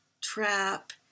trap